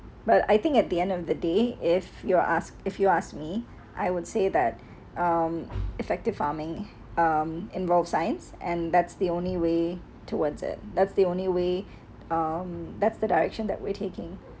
but I think at the end of the day if you're asked if you ask me I would say that um effective farming um involve science and that's the only way towards it that's the only way um that's the direction that we're taking